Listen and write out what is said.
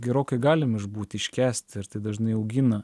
gerokai galim išbūti iškęst ir tai dažnai augina